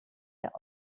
der